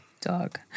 Dog